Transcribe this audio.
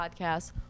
podcast